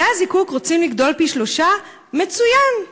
בתי-הזיקוק רוצים לגדול פי-שלושה, מצוין.